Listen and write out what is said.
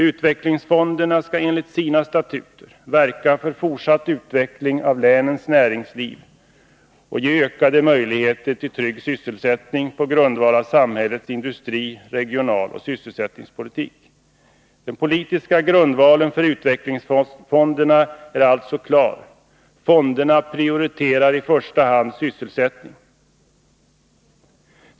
Utvecklingsfonderna skall enligt sina statuter verka för fortsatt utveckling av länens näringsliv och ge ökade möjligheter till trygg sysselsättning på grundval av samhällets industri-, regionaloch sysselsättningspolitik. Den politiska grundvalen för utvecklingsfonderna är alltså klar — fonderna prioriterar i första hand sysselsättning.